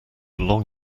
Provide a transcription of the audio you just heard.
long